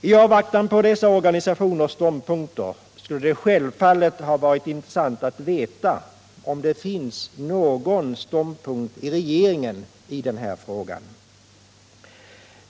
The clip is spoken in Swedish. I avvaktan på dessa organisationers ståndpunkter skulle det självfallet ha varit intressant att veta om det finns någon uppfattning i regeringen i den här frågan.